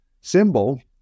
symbol